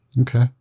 Okay